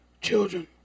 Children